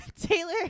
Taylor